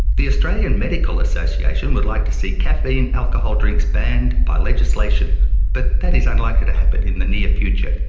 the australian medical association would like to see caffeine alcohol drinks banned by legislation but that is unlikely to happen in the near future,